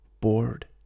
Bored